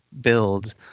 build